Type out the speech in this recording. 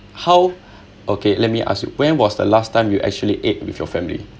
how okay let me ask you when was the last time you actually ate with your family